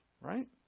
right